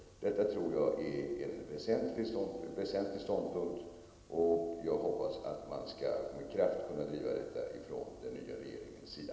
Detta är en väsentlig ståndpunkt, och jag hoppas att man med kraft skall kunna driva denna från den nya regeringens sida.